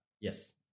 Yes